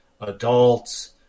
adults